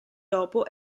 dopo